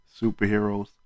superheroes